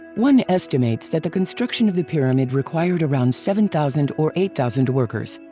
one estimates that the construction of the pyramid required around seven thousand or eight thousand workers.